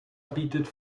bietet